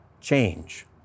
change